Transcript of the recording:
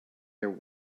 there